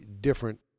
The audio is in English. different